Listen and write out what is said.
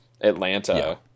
atlanta